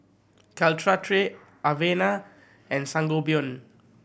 Caltrate Avene and Sangobion